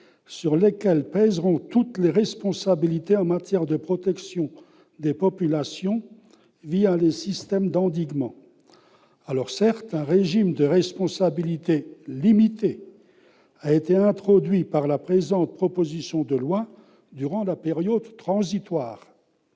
sur lesquels pèseront toutes les responsabilités en matière de protection des populations les systèmes d'endiguement. Certes, un régime de responsabilité limitée a été introduit par la présente proposition de loi durant la période transitoire.